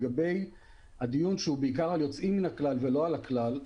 לגבי הדיון שהוא בעיקר על יוצאים מן הכלל ולא על הכלל,